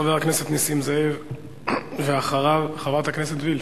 חבר הכנסת נסים זאב, ואחריו, חברת הכנסת וילף.